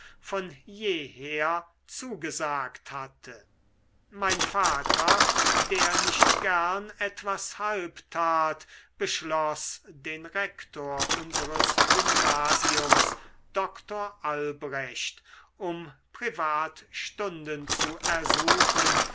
von jeher zugesagt hatte mein vater der nicht gern etwas halb tat beschloß den rektor unseres gymnasiums doktor albrecht um privatstunden zu ersuchen